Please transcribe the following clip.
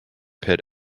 pit